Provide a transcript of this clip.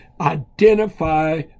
identify